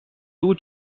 two